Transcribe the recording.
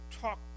talk